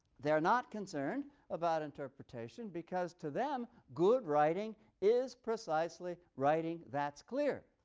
they are not concerned about interpretation because to them, good writing is precisely writing that's clear,